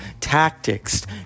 tactics